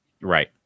Right